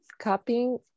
copying